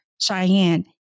Cheyenne